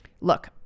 Look